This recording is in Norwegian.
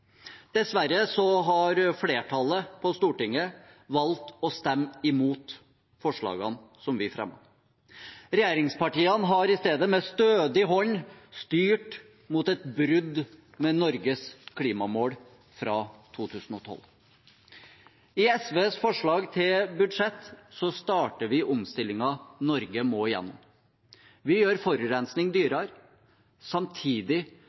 Dessverre har flertallet på Stortinget valgt å stemme imot forslagene som vi fremmet. Regjeringspartiene har i stedet med stødig hånd styrt mot et brudd med Norges klimamål fra 2012. I SVs forslag til budsjett starter vi omstillingen Norge må gjennom. Vi gjør forurensning dyrere, samtidig